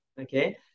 okay